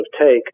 take